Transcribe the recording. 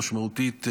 משמעותית,